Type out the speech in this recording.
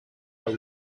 are